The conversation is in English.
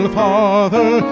father